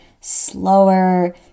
slower